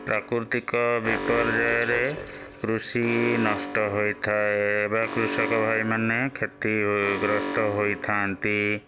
ପ୍ରାକୃତିକ ବିପର୍ଯ୍ୟୟରେ କୃଷି ନଷ୍ଟ ହୋଇଥାଏ ବା କୃଷକ ଭାଇମାନେ କ୍ଷତିଗ୍ରସ୍ତ ହୋଇଥାନ୍ତି